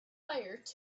hires